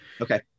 Okay